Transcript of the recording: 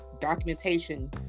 documentation